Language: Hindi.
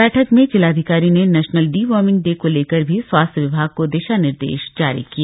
बैठक में जिलाधिकारी ने नेशनल डिवर्मिंग डे को लेकर भी स्वास्थ्य विभाग को दिशा निर्देश जारी किए